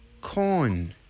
Corn